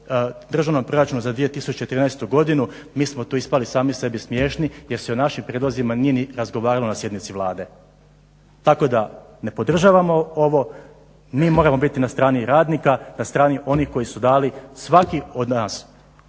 Državnom proračunu za 2013. godinu. Mi smo tu ispali sami sebi smiješni, jer se o našim prijedlozima nije ni razgovaralo na sjednici Vlade. Tako da ne podržavamo ovo. Mi moramo biti na strani radnika, na strani onih koji su dali svaki od nas